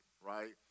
right